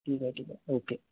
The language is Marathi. ठीक आहे ठीक आहे ओके